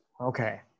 okay